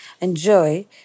Enjoy